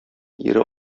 ире